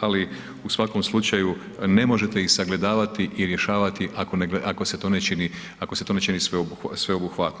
ali u svakom slučaju ne možete ih sagledavati i rješavati ako ne, ako se to ne čini, ako se to ne čini sveobuhvatno.